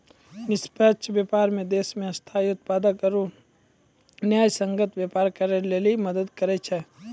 निष्पक्ष व्यापार मे देश मे स्थायी उत्पादक आरू न्यायसंगत व्यापार करै लेली मदद करै छै